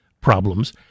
problems